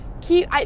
keep